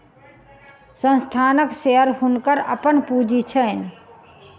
संस्थानक शेयर हुनकर अपन पूंजी छैन